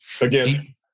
Again